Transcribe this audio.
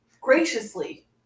graciously